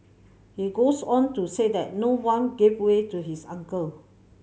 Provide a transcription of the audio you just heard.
he goes on to say that no one gave way to his uncle